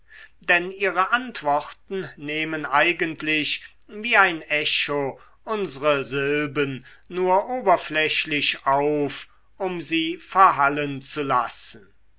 denn ihre antworten nehmen eigentlich wie ein echo unsre silben nur oberflächlich auf um sie verhallen zu lassen